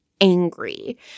angry